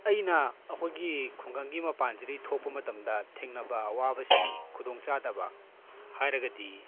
ꯑꯩꯅ ꯑꯩꯈꯣꯏꯒꯤ ꯈꯨꯡꯒꯪꯒꯤ ꯃꯄꯥꯟꯁꯤꯗꯒꯤ ꯊꯣꯛꯄ ꯃꯇꯝꯗ ꯊꯦꯡꯅꯕ ꯑꯋꯥꯕꯁꯤꯡ ꯈꯨꯗꯣꯡ ꯆꯥꯗꯕ ꯍꯥꯏꯔꯒꯗꯤ